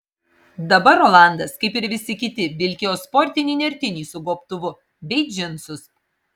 dabar rolandas kaip ir visi kiti vilkėjo sportinį nertinį su gobtuvu bei džinsus